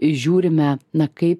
žiūrime na kaip